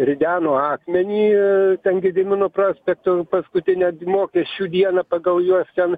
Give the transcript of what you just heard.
rideno akmenį ir ten gedimino prospektu paskutinę mokesčių dieną pagal juos ten